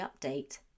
update